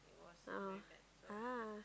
oh ah